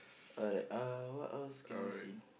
alright uh what else can I see